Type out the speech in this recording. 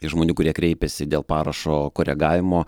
iš žmonių kurie kreipiasi dėl parašo koregavimo